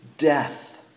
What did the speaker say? Death